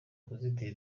kuzitira